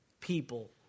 people